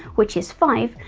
which is five,